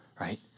right